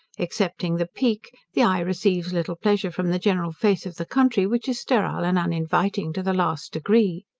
excepting the peak, the eye receives little pleasure from the general face of the country, which is sterile and uninviting to the last degree.